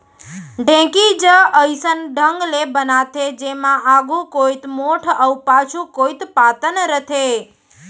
ढेंकी ज अइसन ढंग ले बनाथे जेमा आघू कोइत मोठ अउ पाछू कोइत पातन रथे